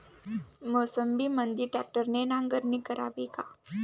मोसंबीमंदी ट्रॅक्टरने नांगरणी करावी का?